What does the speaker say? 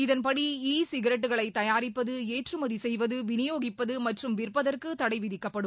இதன்படி இ சிகரெட்டுகளை தயாரிப்பது ஏற்றுமதி செய்வது விநியோகிப்பது மற்றும் விற்பதற்கு தடை விதிக்கப்படும்